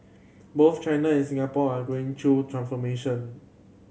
both China and Singapore are going through transformation